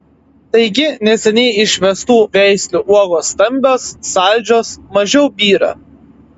taigi neseniai išvestų veislių uogos stambios saldžios mažiau byra